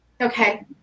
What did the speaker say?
Okay